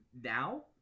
now